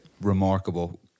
remarkable